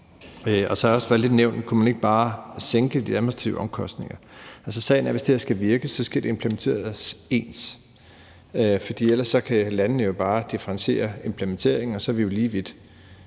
også for alle nævnene. Og kunne man ikke bare sænke de administrative omkostninger? Altså, sagen er, at hvis det her skal virke, skal det implementeres ens, for ellers kan landene jo bare differentiere implementeringen, og så er vi jo lige vidt.